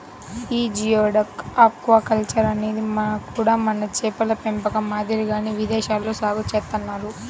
యీ geoduck aquaculture అనేది కూడా మన చేపల పెంపకం మాదిరిగానే విదేశాల్లో సాగు చేత్తన్నారు